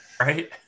Right